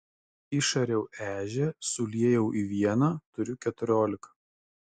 išariau ežią suliejau į vieną turiu keturiolika